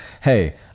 hey